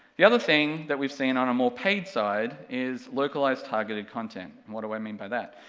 the other thing that we've seen on a more paid side, is localized targeted content, what do i mean by that?